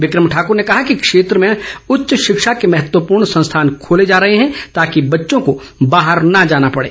become Thakur ने कहा कि क्षेत्र में उच्च शिक्षा के महत्वपूर्ण संस्थान खोले जा रहे हैं ताकि बच्चों को बाहर न जाना पड़े